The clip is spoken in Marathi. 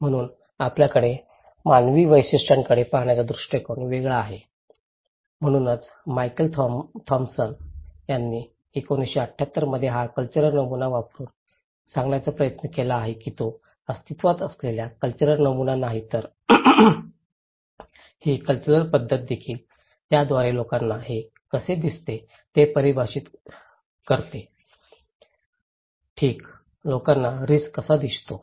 म्हणूनच आपल्याकडे मानवी वैशिष्ट्यांकडे पाहण्याचा दृष्टिकोन वेगळा आहे म्हणूनच मायकेल थॉमसन यांनी 1978 मध्ये हा कॅल्चरल नमुना वापरुन सांगण्याचा प्रयत्न केला की तो अस्तित्त्वात असलेला कॅल्चरल नमुना नाही तर ही कॅल्चरल पद्धत देखील त्याद्वारे लोकांना हे कसे दिसते ते परिभाषित करते धोका ठीक लोकांना रिस्क कसा दिसतो